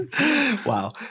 Wow